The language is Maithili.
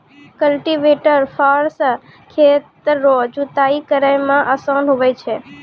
कल्टीवेटर फार से खेत रो जुताइ करै मे आसान हुवै छै